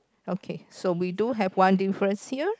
okay so we do have one difference here